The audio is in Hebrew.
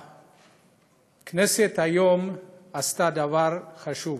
הכנסת עשתה היום דבר חשוב,